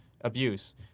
abuse